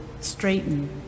straighten